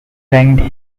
ranked